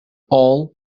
all